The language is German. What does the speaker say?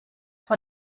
vor